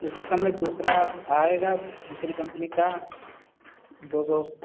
उससे कम में दूसरा आएगा दूसरी कम्पनी का दो सौ